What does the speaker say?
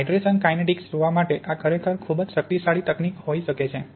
hydration kinetics જોવા માટે આ ખરેખર ખૂબ જ શક્તિશાળી તકનીક હોઈ શકે છે